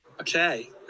okay